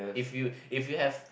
if you if you have